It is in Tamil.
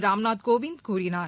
ராம்நாத் கோவிந்த் கூறினார்